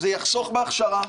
זה נמצא בהצעה.